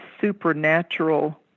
supernatural